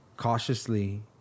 cautiously